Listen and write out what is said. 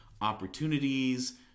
opportunities